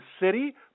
City